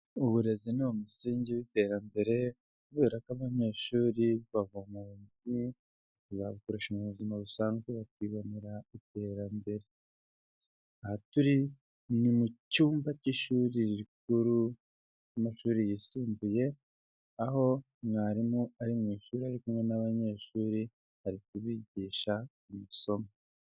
Uburezi ni umusingi w'iterambere kubera ko abanyeshuri bavoma ubumenyi bakazabukoresha mu buzima busanzwe bakibonera iterambere. Aha turi ni mu cyumba cy'ishuri rikuru ry'amashuri yisumbuye, aho mwarimu ari mu ishuri ari kumwe n'abanyeshuri ari kubigisha amasomo.